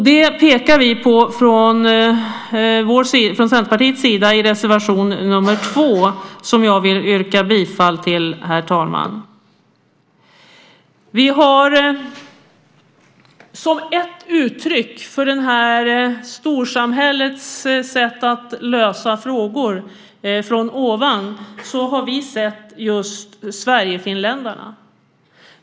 Det pekar vi i Centerpartiet på i reservation 2, som jag yrkar bifall till, herr talman! Vi har som ett uttryck för det här storsamhällets sätt att lösa frågor från ovan sett just sverigefinländarna.